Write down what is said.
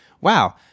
wow